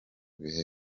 bihe